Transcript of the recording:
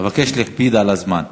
אבקש להקפיד על הזמן.